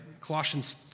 Colossians